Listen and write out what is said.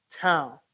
town